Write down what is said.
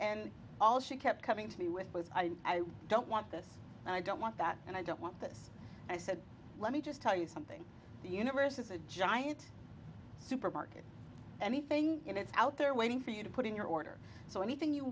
and all she kept coming to me with was i don't want this and i don't want that and i don't want this i said let me just tell you something the universe is a giant supermarket anything and it's out there waiting for you to put in your order so anything you